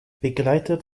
begleitet